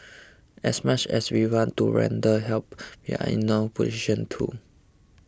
as much as we want to render help we are in no position to